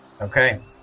Okay